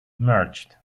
merged